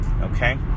Okay